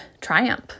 triumph